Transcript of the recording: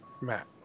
Matt